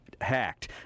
hacked